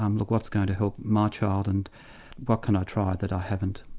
um look, what's going to help my child and what can i try that i haven't?